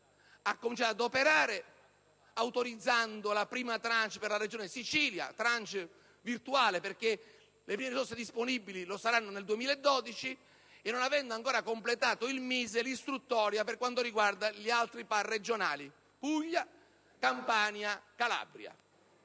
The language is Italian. ha cominciato ad operare autorizzando la prima *tranche* per la Regione Sicilia; *tranche* solo virtuale dal momento che le prime risorse saranno disponibili nel 2012 e non avendo ancora completato il MISE l'istruttoria per quanto riguarda gli altri PAR regionali: Puglia, Campania e Calabria.